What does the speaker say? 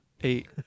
Eight